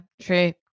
true